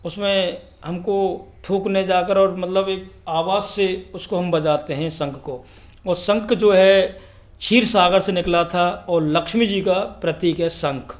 उसमें हमको थूंकने जाकर और मतलब एक आवाज़ से उसको हम बजाते हैं शंख को और शंख जो है क्षीर सागर से निकला था और लक्ष्मी जी का प्रतिक है शंख